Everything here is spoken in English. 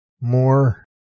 more